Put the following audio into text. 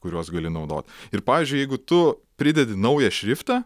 kuriuos gali naudot ir pavyzdžiui jeigu tu pridedi naują šriftą